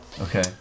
Okay